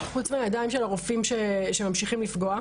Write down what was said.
חוץ מהידיים של הרופאים שמממשיכים לפגוע.